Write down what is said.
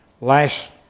last